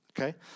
okay